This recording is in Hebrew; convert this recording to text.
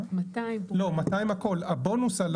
200, לא 50. לא, 200 הכול.